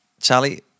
Charlie